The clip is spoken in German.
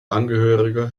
angehörige